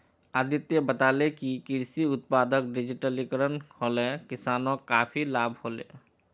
अदित्य बताले कि कृषि उत्पादक डिजिटलीकरण हले किसानक काफी लाभ हले